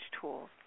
tools